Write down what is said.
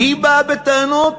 היא באה בטענות?